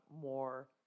more